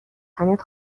تنت